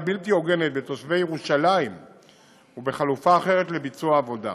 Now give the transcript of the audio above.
בלתי הוגנת בתושבי ירושלים ובחלופה אחרת לביצוע העבודה.